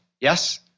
Yes